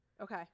Okay